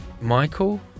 Michael